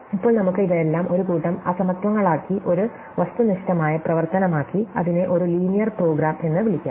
ഇപ്പോൾ നമുക്ക് ഇവയെല്ലാം ഒരു കൂട്ടം അസമത്വങ്ങളാക്കി ഒരു വസ്തുനിഷ്ഠമായ പ്രവർത്തനമാക്കി അതിനെ ഒരു ലീനിയർ പ്രോഗ്രാം എന്ന് വിളിക്കാം